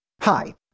Hi